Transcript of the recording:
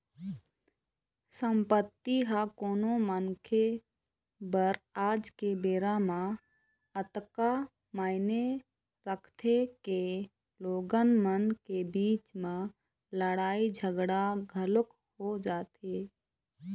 संपत्ति ह कोनो मनखे बर आज के बेरा म अतका मायने रखथे के लोगन मन के बीच म लड़ाई झगड़ा घलोक हो जाथे